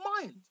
mind